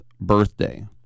birthday